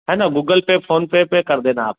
है न Google Pay PhonePe पर कर देना आप